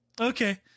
okay